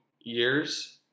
years